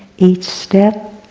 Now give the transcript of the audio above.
each step